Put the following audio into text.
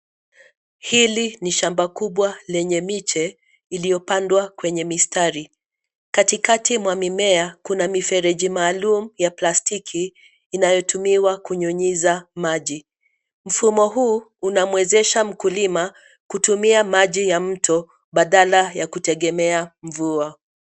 Hili ni shamba kubwa lenye miche, iliyopandwa kwenye mistari. Katikati mwa mimea, kuna mifereji maalum ya plastiki, inayotumiwa kunyunyiza maji. Mfumo huu, unamwezesha mkulima kutumia maji ya mto, badala ya kutegemea mvua.